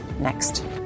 next